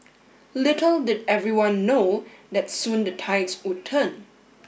little did everyone know that soon the tides would turn